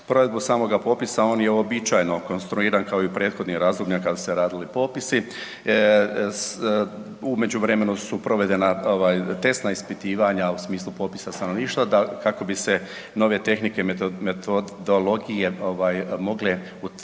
provedbu samoga popisa, on je uobičajeno konstruiran kao i u prethodnim razdobljima kada su se radili popisi. U međuvremenu su provedena ovaj testna ispitivanja u smislu popisa stanovništva kako bi se nove tehnike metodologije ovaj